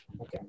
Okay